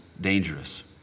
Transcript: dangerous